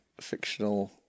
fictional